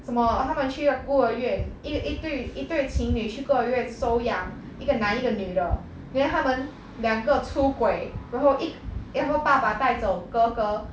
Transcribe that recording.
什么他们去一个孤儿院一一对一对情侣去孤儿院收养一个男一个女的 then 他们两个出轨然后一然后爸爸带走哥哥